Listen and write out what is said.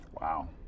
wow